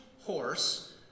horse